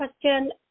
question